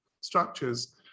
structures